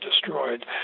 destroyed